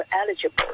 eligible